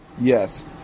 Yes